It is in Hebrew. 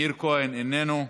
מאיר כהן, איננו,